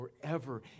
forever